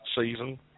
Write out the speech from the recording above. season